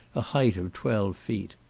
a height of twelve feet.